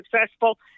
successful